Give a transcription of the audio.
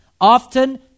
often